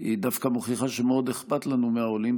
היא דווקא מוכיחה שמאוד אכפת לנו מהעולים,